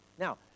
Now